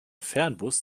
fernbus